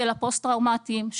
של הפוסט טראומטיים,